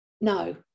no